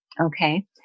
Okay